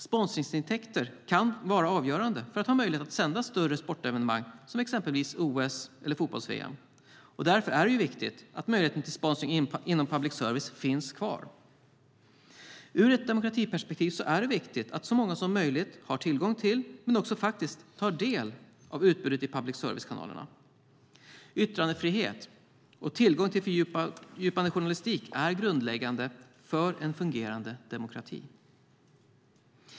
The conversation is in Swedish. Sponsringsintäkter kan vara avgörande för att man ska ha möjlighet att sända större sportevenemang som exempelvis OS eller fotbolls-VM. Därför är det viktigt att möjligheten till sponsring inom public service finns kvar. Ur ett demokratiperspektiv är det viktigt att så många som möjligt har tillgång till men också faktiskt tar del av utbudet i public service-kanalerna. Yttrandefrihet och tillgång till fördjupande journalistik är grundläggande för en fungerande demokrati.